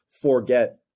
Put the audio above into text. forget